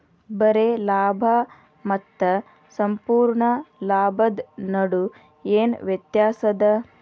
ಬರೆ ಲಾಭಾ ಮತ್ತ ಸಂಪೂರ್ಣ ಲಾಭದ್ ನಡು ಏನ್ ವ್ಯತ್ಯಾಸದ?